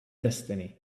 destiny